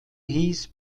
hieß